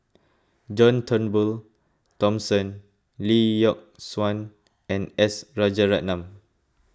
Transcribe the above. John Turnbull Thomson Lee Yock Suan and S Rajaratnam